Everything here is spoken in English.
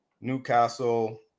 Newcastle